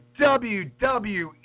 WWE